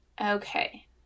Okay